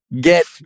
get